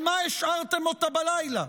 על מה השארתם אותה בלילה?